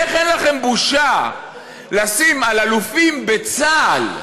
איך אין לכם בושה לשים על אלופים בצה"ל,